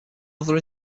other